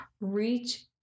reach